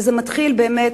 וזה מתחיל באמת